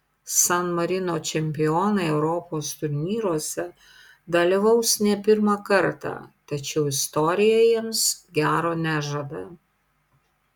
san marino čempionai europos turnyruose dalyvaus ne pirmą kartą tačiau istorija jiems gero nežada